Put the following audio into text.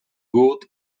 good